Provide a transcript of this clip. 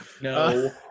No